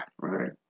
right